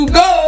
go